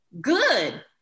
Good